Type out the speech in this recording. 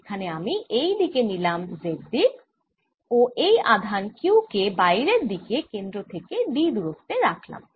এখানে আমি এই দিকে নিলাম z দিক ও এই আধান q কে বাইরের দিকে কেন্দ্র থেকে d দূরত্বে রাখলাম